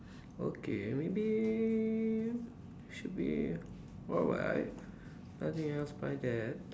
okay maybe should be what will I nothing else by there